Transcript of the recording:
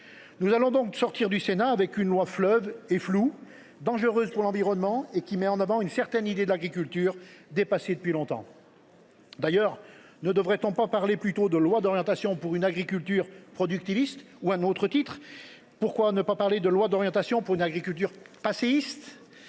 Nous allons donc sortir du Sénat avec une loi fleuve, floue, dangereuse pour l’environnement et qui met en avant une certaine idée de l’agriculture, dépassée depuis longtemps. D’ailleurs, ne devrait on pas parler plutôt de « loi d’orientation pour une agriculture productiviste » ou encore de « loi d’orientation pour une agriculture passéiste »